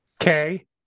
Okay